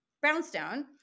brownstone